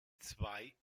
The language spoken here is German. zwei